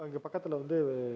அங்கே பக்கத்தில் வந்து